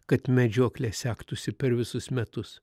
kad medžioklė sektųsi per visus metus